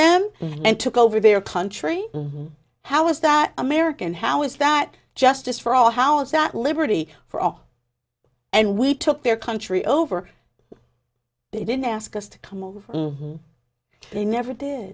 them and took over their country how is that american how is that justice for all how is that liberty for all and we took their country over they didn't ask us to come over they never did